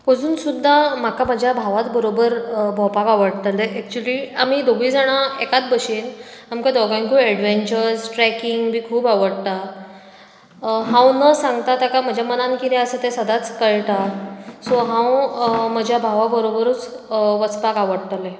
अजून सुद्दां म्हाका म्हाज्या भावा बरोबर भोंवपाक आवडटलें एक्चुली आमी दोगांय जाणां एकाच भशेन आमकां दोगांकूय एडवेंचरस ट्रेकींग बी खूब आवडटा हांव न सांगता तेका म्हज्या मनान कितें आसा तें सदांच कळटा सो हांव म्हज्या भावा बरोबरूच वचपाक आवडटलें